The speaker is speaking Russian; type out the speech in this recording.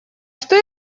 что